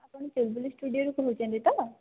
ଆପଣ କେବୁଲ ସ୍ଟୁଡ଼ିଓରୁ କହୁଛନ୍ତି ତ